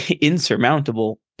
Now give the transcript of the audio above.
insurmountable